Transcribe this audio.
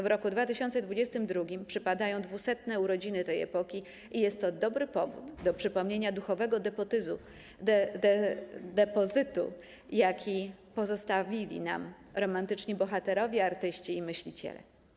W roku 2022 przypadają dwusetne urodziny tej epoki i jest to dobry powód do przypomnienia duchowego depozytu, jaki pozostawili nam romantyczni bohaterowie, artyści i myśliciele.